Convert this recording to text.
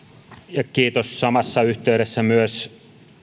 ja kiitos samassa yhteydessä myös